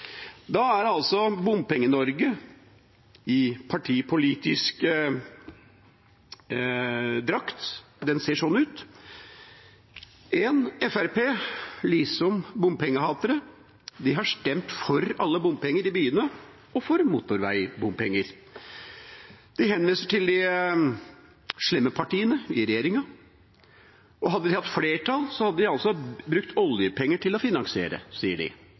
Da ser Bompenge-Norge i partipolitisk drakt sånn ut: Fremskrittspartiet – liksom bompengehatere – har stemt for alle bompenger i byene og for motorveibompenger. De henviser til de slemme partiene i regjeringa, og hadde de hatt flertall, hadde de brukt oljepenger til å finansiere dette, sier de.